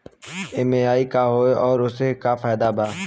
EMI का होला और ओसे का फायदा बा?